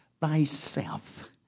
thyself